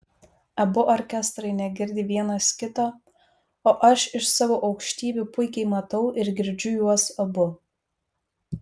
abu orkestrai negirdi vienas kito o aš iš savo aukštybių puikiai matau ir girdžiu juos abu